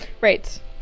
Right